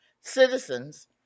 Citizens